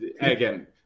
Again